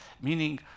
Meaning